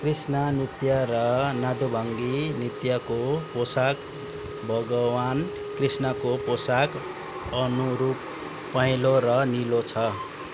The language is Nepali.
कृष्ण नृत्य र नादुभङ्गी नृत्यको पोसाक भगवान कृष्णको पोसाक अनुरूप पहेँलो र निलो छ